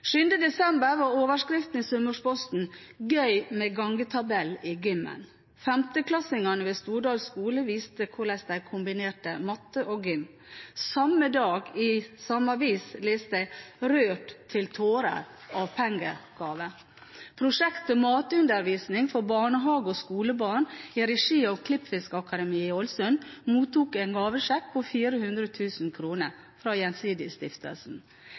7. desember var overskriften i Sunnmørsposten: «Gøy med gangetabell i gymmen.» Femteklassingene ved Stordal skule viste hvordan de kombinerte matte og gym. Dagen etter leste jeg i samme avis: «Rørt til tårer av pengegave». Prosjektet om matundervisning for barnehage- og skolebarn i regi av Klippfiskakademiet i Ålesund mottok en gavesjekk på 400 000 kr fra Gjensidigestiftelsen.